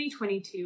2022